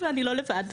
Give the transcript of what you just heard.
ואני לא לבד.